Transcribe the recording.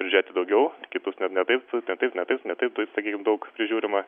prižiūrėti daugiau kitus net ne taip taip ne taip taip sakykim daug prižiūrima